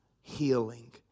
healing